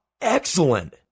Excellent